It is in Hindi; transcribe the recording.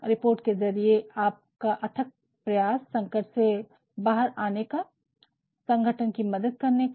रिपोर्ट के ज़रिये आपका अथक प्रयास संकट से बाहर आने का संगठन कि मदद करने का